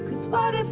squad